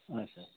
اچھا